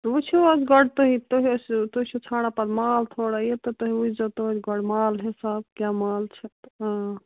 وُچھُو حظ گۄڈٕ تُہۍ تُہۍ ٲسِو تُہۍ چھِو ژھانٛڈان پَتہٕ مال تھوڑا یہِ تہٕ تُہۍ وُچھزیٚو توتہِ گۄڈ مال حِساب کیٛاہ مال چھُ تہٕ